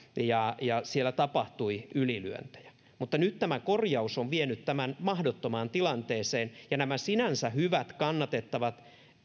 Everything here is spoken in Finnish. ja ja siellä tapahtui ylilyöntejä mutta nyt tämä korjaus on vienyt tämän mahdottomaan tilanteeseen ja nämä sinänsä hyvät kannatettavat